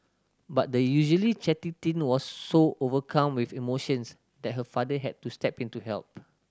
but the usually chatty teen was so overcome with emotions that her father had to step in to help